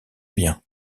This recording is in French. biens